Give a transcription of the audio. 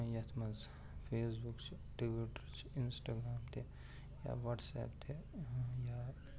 یَتھ منٛز Facebook چھِ ٹیویٖٹَر چھُ اِنسٹاگرام تہِ یا واٹٕسایپ تہِ یا